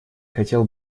хотел